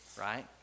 right